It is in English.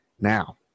Now